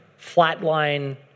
flatline